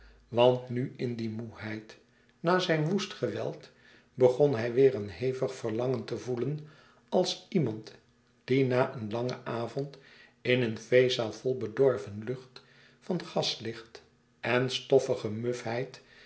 want nu in die moêheid na zijn woest geweld begon hij weêr een hevig verlangen te voelen als iemand die na een langen avond in een feestzaal vol bedorven lucht van gazlicht en stoffige mufheid